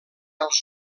als